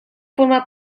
formar